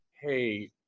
hey